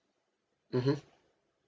mmhmm